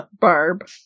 Barb